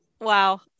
Wow